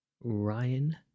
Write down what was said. Ryan